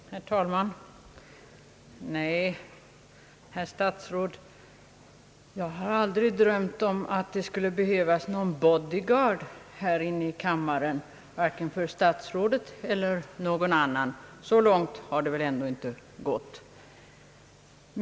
Herr talman! Nej, herr statsråd, jag har aldrig drömt om att det här i kammaren skulle behövas någon body guard vare sig för statsråd eller för någon annan; så långt har det väl ändå inte gått.